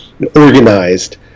Organized